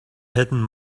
hidden